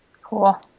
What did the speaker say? Cool